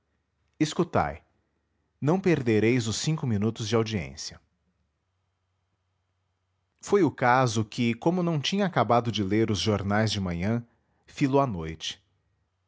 escutai não perdereis os cinco minutos de audiência foi o caso que como não tinha acabado de ler os jornais de manhã fi-lo à noite